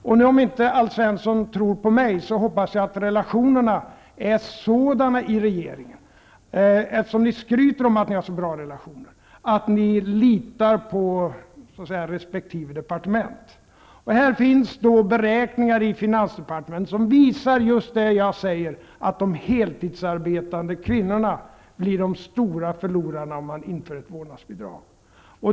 Även om Alf Svensson inte tror på mig hoppas jag att relationerna i regeringen är sådana -- ni skryter ju om att ni har så bra relationer -- att ni litar på resp. departement. Hos finansdepartementet finns det beräkningar som visar just på det jag säger, nämligen att de heltidsarbetande kvinnorna blir de stora förlorarna om man inför ett vårdnadsbidrag.